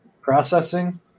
Processing